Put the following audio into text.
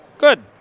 Good